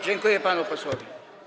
Dziękuję panu posłowi.